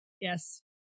Yes